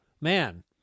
Man